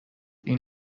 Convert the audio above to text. این